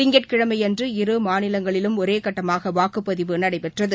திங்கட்கிழமையன்று இரு மாநிலங்களிலும் ஒரே கட்டமாக வாக்குப்பதிவு நடைபெற்றது